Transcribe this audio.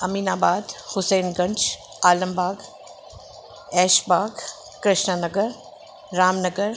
Aminabad Hussainganj Alambagh Aishbagh Krishna Nagar Ramnagar